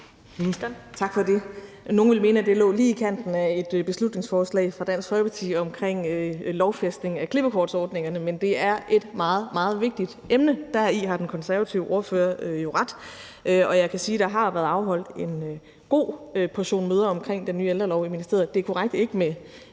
Tak for det. Nogle vil mene, at det spørgsmål lå lige i kanten af debatten om et beslutningsforslag fra Dansk Folkeparti om en lovfæstning af klippekortsordningerne, men det er et meget, meget vigtigt emne. Deri har den konservative ordfører jo ret, og jeg kan sige, at der har været afholdt en god portion møder i ministeriet om den ny ældrelov. Det er korrekt, at de